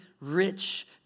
rich